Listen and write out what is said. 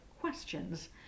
questions